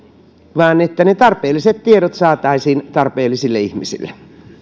vaan että tarpeelliset tiedot saataisiin tarpeellisille ihmisille